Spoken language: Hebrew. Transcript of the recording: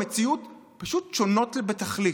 המציאות פשוט שונה בתכלית.